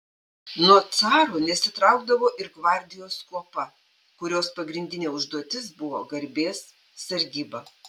nuo caro nesitraukdavo ir gvardijos kuopa kurios pagrindinė užduotis buvo garbės sargyba